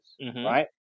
right